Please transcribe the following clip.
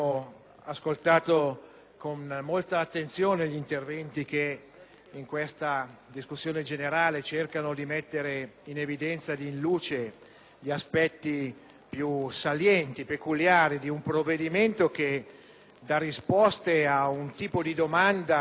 in questa discussione generale hanno cercato di mettere in evidenza gli aspetti salienti e peculiari di un provvedimento che dà risposte ad un tipo di domanda che viene dalla gran parte dei nostri cittadini.